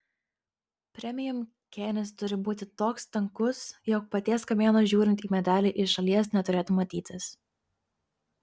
premium kėnis turi būti toks tankus jog paties kamieno žiūrint į medelį iš šalies neturėtų matytis